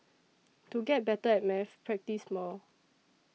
to get better at maths practise more